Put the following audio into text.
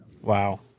Wow